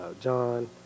John